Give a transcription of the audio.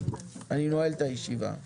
אני נועל את הישיבה.